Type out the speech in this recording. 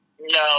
No